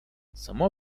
само